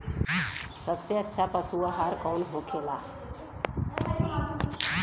सबसे अच्छा पशु आहार कौन होखेला?